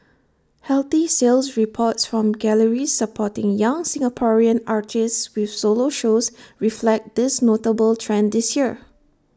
healthy sales reports from galleries supporting young Singaporean artists with solo shows reflect this notable trend this year